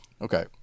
Okay